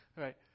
Right